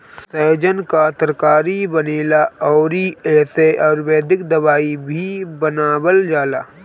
सैजन कअ तरकारी बनेला अउरी एसे आयुर्वेदिक दवाई भी बनावल जाला